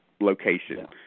location